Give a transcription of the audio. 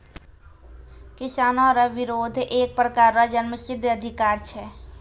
किसानो रो बिरोध एक प्रकार रो जन्मसिद्ध अधिकार छै